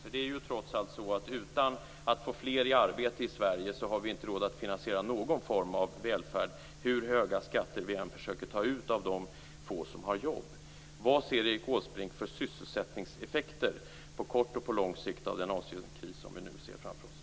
Om vi inte får fler i arbete i Sverige har vi ju inte råd att finansiera någon form av välfärd, hur höga skatter vi än försöker ta ut av de få som har jobb. Vad ser Erik Åsbrink för sysselsättningseffekter på kort och lång sikt av den Asienkris som vi nu ser framför oss?